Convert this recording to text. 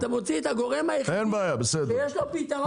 אתה מוציא את הגורם היחידי שיש לו פתרון.